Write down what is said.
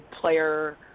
player